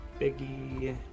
Biggie